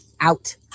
out